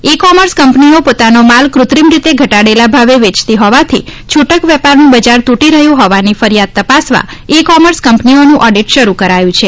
ઇ commerce કંપનીઓ પોતાનો માલ કૃત્રિમ રીતે ઘટાડેલા ભાવે વેચાતી હોવાથી છુટક વેપારનું બજાર તૂટી રહ્યું હોવાની ફરિયાદ તપાસવા ઇ કોમર્સ કંપનીઓનું ઓડિટ શરૂ કરાયું છે